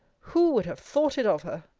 who would have thought it of her?